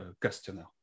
customer